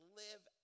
live